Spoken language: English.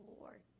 Lord